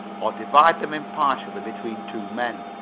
or divide them impartially between two men.